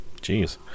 Jeez